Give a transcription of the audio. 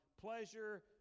pleasure